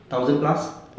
thousand plus